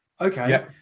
Okay